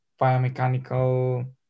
biomechanical